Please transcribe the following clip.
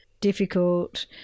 difficult